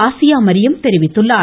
Asia Maryam தெரிவித்துள்ளார்